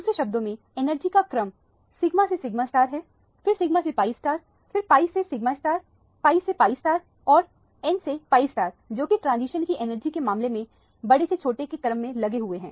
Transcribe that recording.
दूसरे शब्दों में एनर्जी का क्रम सिग्मा से सिगमा है फिर सिगमा से pi फिर pi से सिग्मा pi से pi और n से pi है जोकि ट्रांजिशन की एनर्जी के मामले में बड़े से छोटे के क्रम में लगे हुए हैं